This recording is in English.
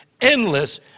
endless